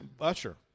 usher